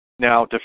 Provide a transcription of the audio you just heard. Now